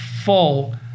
full